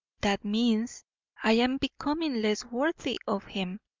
that means i am becoming less worthy of him.